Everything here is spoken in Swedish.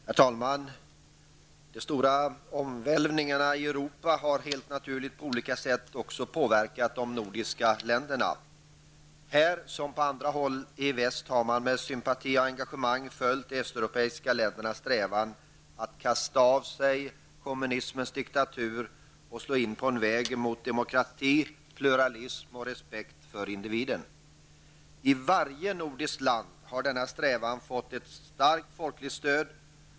Herr talman! De stora omvälvningarna i Europa har helt naturligt på olika sätt också påverkat de nordiska länderna. Här som på andra håll i väst har man med sympati och engagemang följt de östeuropeiska ländernas strävan att kasta av sig kommunismens diktatur och slå in på en väg mot demokrati, pluralism och respekt för individen. I varje nordiskt land har denna strävan fått ett starkt folkligt stöd.